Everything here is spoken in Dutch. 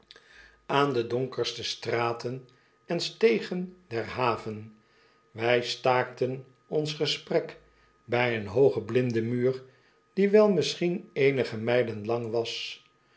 de donkerste straten en stegen der haven wij staakten ons gesprek bij een hoogen blinden muur die wel misschien eenige mijlen lang was